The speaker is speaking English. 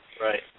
Right